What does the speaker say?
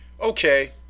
Okay